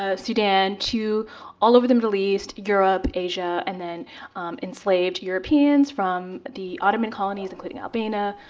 ah sudan to all over the middle east, europe, asia, and then enslaved europeans from the ottoman colonies, including albania,